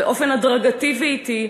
באופן הדרגתי ואטי,